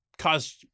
Cause